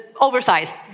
oversized